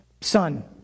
son